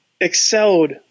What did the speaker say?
excelled